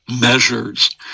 measures